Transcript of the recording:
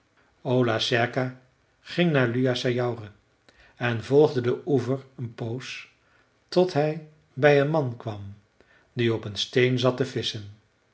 ola serka ging naar luossajaure en volgde den oever een poos tot hij bij een man kwam die op een steen zat te visschen